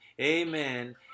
amen